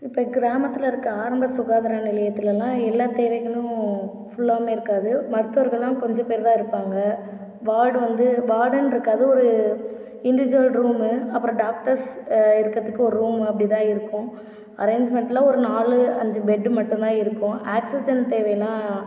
இப்ப கிராமத்துல இருக்க ஆரம்ப சுகாதார நிலையத்துலல்லாம் எல்லா தேவைகளும் ஃபுல்லாமே இருக்காது மருத்துவர்கள் எல்லாம் கொஞ்சம் பேரு தான் இருப்பாங்க வார்டு வந்து வார்டன் இருக்காது ஒரு இண்டிவிஜுவல் ரூம் அப்புறம் டாக்டர்ஸ் இருக்கிறதுக்கு ஒரு ரூம் அப்படிதான் இருக்கும் அரேஞ்ச்மெண்ட்டில் ஒரு நாலு அஞ்சு பெட்டு மட்டும் தான் இருக்கும் ஆக்சிஜன் தேவைனா